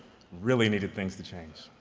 really needed things to change.